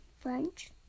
French